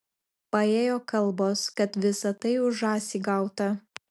paėjo kalbos kad visa tai už žąsį gauta